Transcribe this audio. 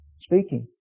speaking